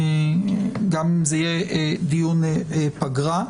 גם אם זה יהיה דיון פגרה.